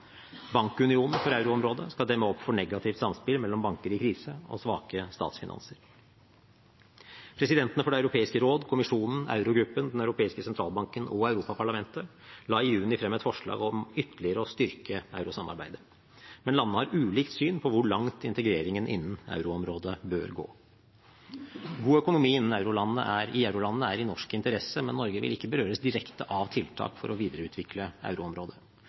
Bankunionen for euroområdet skal demme opp for negativt samspill mellom banker i krise og svake statsfinanser. Presidentene for Det europeiske råd, kommisjonen, Eurogruppen, Den europeiske sentralbanken og Europaparlamentet la i juni frem et forslag om ytterligere å styrke eurosamarbeidet. Men landene har ulikt syn på hvor langt integreringen innen euroområdet bør gå. God økonomi i eurolandene er i norsk interesse, men Norge vil ikke berøres direkte av tiltak for å videreutvikle euroområdet.